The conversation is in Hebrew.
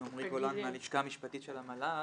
עמרי גולן מהלשכה המשפטית של המל"ג.